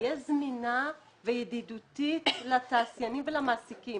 שתהיה זמינה וידידותית לתעשיינים ולמעסיקים